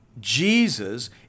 Jesus